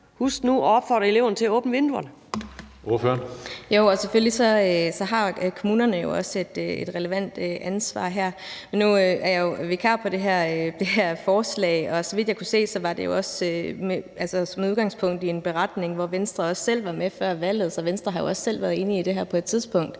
Hønge): Ordføreren. Kl. 14:54 Susie Jessen (DD): Jo, og selvfølgelig har kommunerne jo også et relevant ansvar her. Nu er jeg jo vikar på det her forslag, og så vidt jeg kunne se, var det også med udgangspunkt i en beretning, hvor Venstre selv var med før valget. Så Venstre har jo også selv været enige i det her på et tidspunkt.